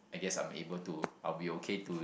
yes I'm able to I'll be okay to